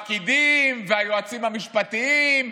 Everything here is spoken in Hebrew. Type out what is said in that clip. הוא כבר הכין אותנו אתמול: הפקידים והיועצים המשפטיים.